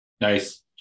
nice